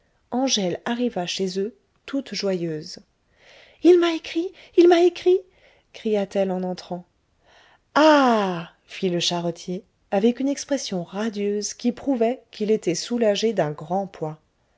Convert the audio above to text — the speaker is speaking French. angèle arriva chez eux toute joyeuse il m'a écrit il m'a écrit cria-t-elle en entrant ah fit le charretier avec une expression radieuse qui prouvait qu'il était soulagé d'un grand poids